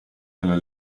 nella